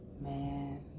Man